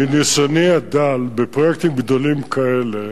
מניסיוני הדל בפרויקטים גדולים כאלה,